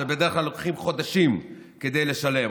שבדרך כלל לוקח חודשים כדי לשלם,